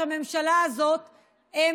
ממשלה שפעם אחר פעם מתבצרת ונדבקת לכיסא שלה,